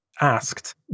asked